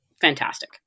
fantastic